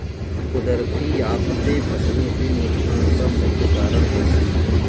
कुदरती आफतें फसलों के नुकसान का मुख्य कारण बनती है